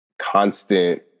constant